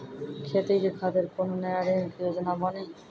खेती के खातिर कोनो नया ऋण के योजना बानी?